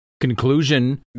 conclusion